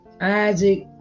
Isaac